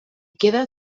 queda